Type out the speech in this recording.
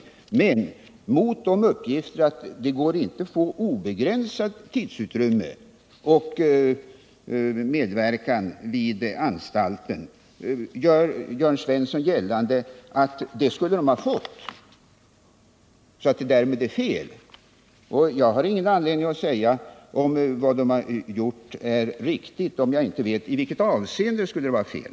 Mot uppgifterna att det inte går att få obegränsat tidsutrymme och medverkan vid anstalten gör Jörn Svensson gällande att det borde stipendiaterna ha fått, varför det därmed har begåtts ett fel. Jag har ingen anledning att säga att vad som gjorts inte är riktigt, om jag inte också vet i vilket avseende det skulle vara fel.